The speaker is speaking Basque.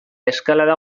eskalada